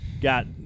got